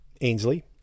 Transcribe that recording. Ainsley